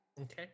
Okay